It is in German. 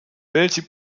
welchem